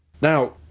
Now